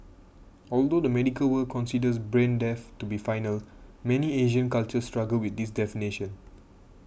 although the medical world considers brain death to be final many Asian cultures struggle with this definition